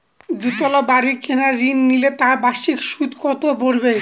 দুতলা বাড়ী কেনার ঋণ নিলে তার বার্ষিক সুদ কত পড়বে?